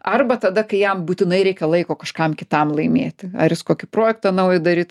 arba tada kai jam būtinai reikia laiko kažkam kitam laimėti ar jis kokį projektą naują daryt